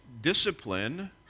discipline